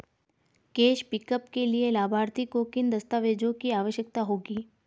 Cash pickup के लिए लाभार्थी को किन दस्तावेजों की आवश्यकता होगी?